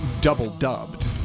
double-dubbed